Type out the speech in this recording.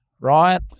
right